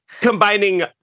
combining